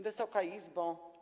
Wysoka Izbo!